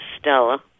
Stella